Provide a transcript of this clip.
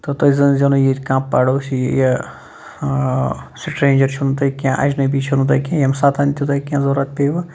تہٕ تُہۍ زٲنۍزیو نہٕ ییٚتہِ کانٛہہ پڑوسی یہِ سٕٹرٛینجَر چھُو نہٕ تُہۍ کینٛہہ اجنبی چھُو نہٕ تۄہہِ کینٛہہ ییٚمہِ ساتہٕ تہِ تۄہہِ کینٛہہ ضوٚرَتھ پیٚیہِ وُ